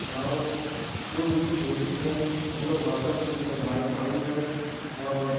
اور جو بھی چیز ہوتی ہیں ہم لوگ آپس میں سب بھائی بھائی ہیں اور